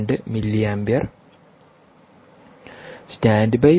2 mA standby മോഡിൽ 0